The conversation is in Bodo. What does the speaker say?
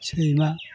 सैमा